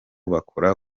bakora